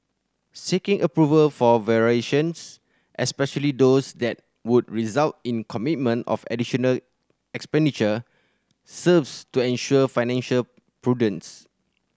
seeking approval for variations especially those that would result in commitment of additional expenditure serves to ensure financial prudence